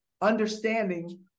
understanding